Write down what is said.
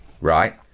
right